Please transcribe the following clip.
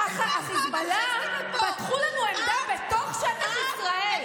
החיזבאללה פתחו לנו עמדה בתוך שטח ישראל.